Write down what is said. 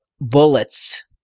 bullets